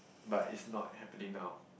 but is not happening now